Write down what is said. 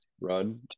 run